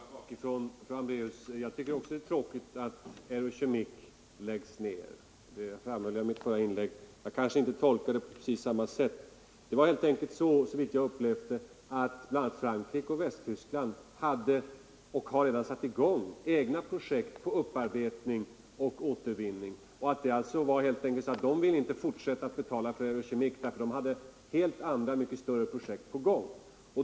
Herr talman! Låt mig börja bakifrån, när jag nu replikerar fru Hambraeus. Även jag tycker att det är tråkigt att Eurochemic läggs ned. Det sade jag också i mitt förra inlägg. Men jag kanske inte tolkar nedläggningen på precis samma sätt som fru Hambraeus. Såvitt jag vet var det helt enkelt på det sättet att Frankrike och Västtyskland redan satt i gång egna projekt på upparbetning och återvinning, och därför ville man i de länderna inte fortsätta att betala till Eurochemic, eftersom de hade andra och mycket större projekt på gång.